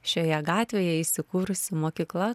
šioje gatvėje įsikūrusi mokykla